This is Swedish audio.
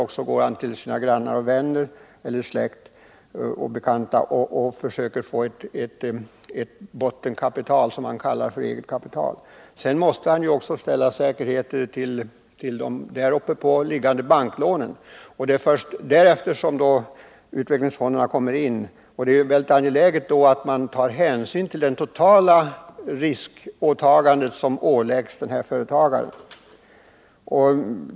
Han kan också gå till sina grannar och vänner för att försöka få ett bottenkapital som han kallar för eget kapital. För det andra måste han ställa säkerheter för de ovanpå det egna kapitalet liggande banklånen. Det är först därefter som utvecklingsfonderna kommer in. Det är då mycket angeläget att hänsyn tas till det totala risktagande som påläggs denna företagare.